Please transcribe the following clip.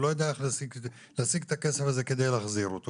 הוא לא יודע איך להשיג את הכסף הזה כדי להחזיר אותו